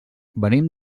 venim